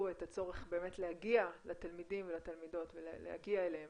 את הצורך להגיע לתלמידים ולתלמידות ולהגיע אליהם,